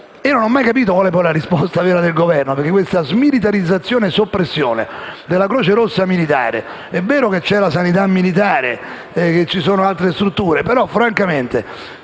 non ho mai capito quale sia poi la risposta vera del Governo. Mi riferisco alla smilitarizzazione-soppressione della Croce Rossa militare: è vero che c'è la sanità militare e che ci sono altre strutture, però, francamente,